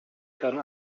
gone